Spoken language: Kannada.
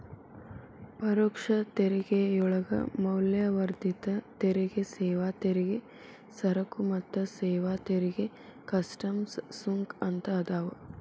ಪರೋಕ್ಷ ತೆರಿಗೆಯೊಳಗ ಮೌಲ್ಯವರ್ಧಿತ ತೆರಿಗೆ ಸೇವಾ ತೆರಿಗೆ ಸರಕು ಮತ್ತ ಸೇವಾ ತೆರಿಗೆ ಕಸ್ಟಮ್ಸ್ ಸುಂಕ ಅಂತ ಅದಾವ